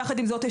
יחד עם זאת,